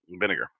vinegar